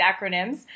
acronyms